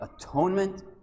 atonement